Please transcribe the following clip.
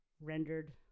rendered